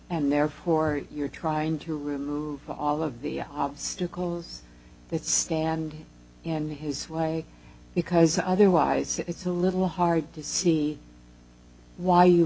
and therefore you're trying to remove all of the obstacles that stand in his way because otherwise it's a little hard to see why you